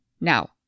Now